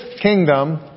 kingdom